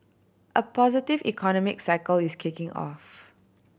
a positive economic cycle is kicking off